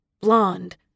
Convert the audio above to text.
blonde